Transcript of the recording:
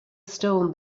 stone